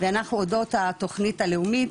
ואנחנו הודות לתוכנית הלאומית,